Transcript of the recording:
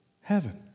Heaven